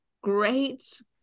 great